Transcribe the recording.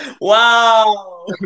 wow